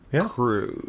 cruise